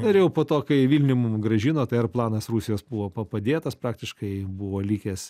ir jau po to kai vilnių mum grąžino tai r planas rusijos buvo padėtas praktiškai buvo likęs